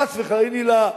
חס וחלילה,